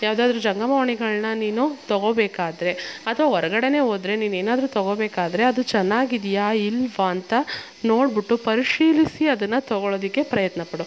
ಯಾವುದಾದ್ರು ಜಂಗಮವಾಣಿಗಳನ್ನ ನೀನು ತಗೋಬೇಕಾದರೆ ಅಥವ ಹೊರ್ಗಡೆನೇ ಹೋದ್ರೆ ನೀನೇನಾದರು ತಗೋಬೇಕಾದರೆ ಅದು ಚೆನ್ನಾಗಿದ್ಯಾ ಇಲ್ಲವಾ ಅಂತ ನೋಡ್ಬಿಟ್ಟು ಪರಿಶೀಲಿಸಿ ಅದನ್ನು ತಗೋಳೊದಕ್ಕೆ ಪ್ರಯತ್ನ ಪಡು